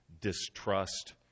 distrust